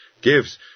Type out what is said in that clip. gives